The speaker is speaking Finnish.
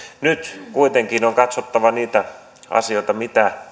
nyt kuitenkin on katsottava niitä asioita mitä